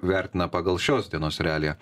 vertina pagal šios dienos realiją